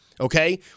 Okay